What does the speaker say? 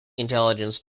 intelligence